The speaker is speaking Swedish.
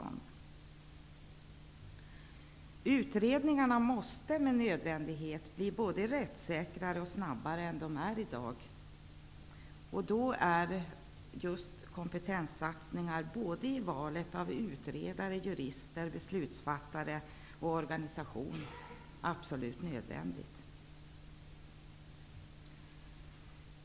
Utredningarna måste med nödvändighet bli både mer rättssäkra och snabbare än de är i dag. Då är just kompetenssatsningar i valet av utredare, jurister, beslutsfattare och organisation absolut nödvändiga.